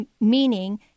meaning